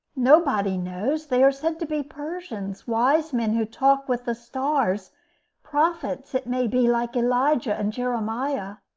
nobody knows. they are said to be persians wise men who talk with the stars prophets, it may be, like elijah and jeremiah.